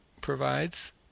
provides